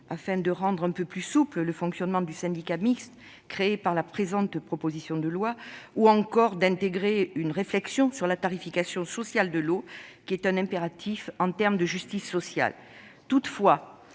afin de rendre un peu plus souple le fonctionnement du syndicat mixte créé par la présente proposition de loi ou encore d'intégrer une réflexion sur la tarification sociale de l'eau, qui est un impératif de justice sociale. Toutefois,